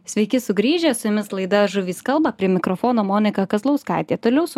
sveiki sugrįžę su jumis laida žuvys kalba prie mikrofono monika kazlauskaitėtoliau su